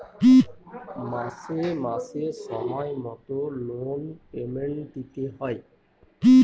মাসে মাসে সময় মতো লোন পেমেন্ট দিতে হয়